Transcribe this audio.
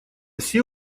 все